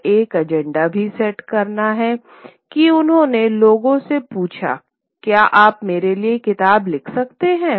और एक एजेंडा भी सेट करना है कि उन्होंने लोगों से पूछा क्या आप मेरे लिए किताब लिख सकते हैं